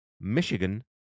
Michigan